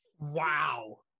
Wow